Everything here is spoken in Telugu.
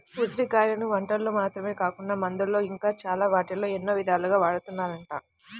ఉసిరి కాయలను వంటకాల్లో మాత్రమే కాకుండా మందుల్లో ఇంకా చాలా వాటిల్లో ఎన్నో ఇదాలుగా వాడతన్నారంట